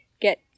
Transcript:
Get